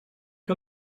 que